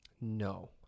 No